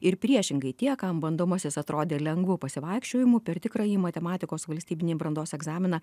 ir priešingai tie kam bandomasis atrodė lengvu pasivaikščiojimu per tikrąjį matematikos valstybinį brandos egzaminą